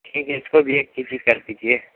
ठीक है इसको भी एक के जी कर दीजिए